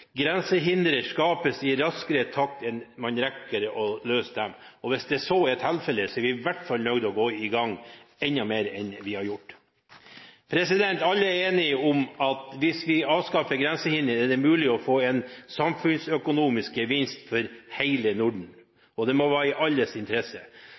skapes i raskere takt enn vi rekker å løse dem.» Hvis så er tilfelle, er vi i hvert fall nødt til å gå i gang enda mer enn vi har gjort. Alle er enige om at hvis vi avskaffer grensehindre, er det mulig å få en samfunnsøkonomisk gevinst for hele